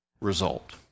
result